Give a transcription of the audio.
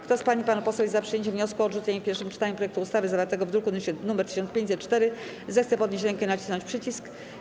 Kto z pań i panów posłów jest za przyjęciem wniosku o odrzucenie w pierwszym czytaniu projektu ustawy zawartego w druku nr 1504, zechce podnieść rękę i nacisnąć przycisk.